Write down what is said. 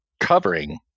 covering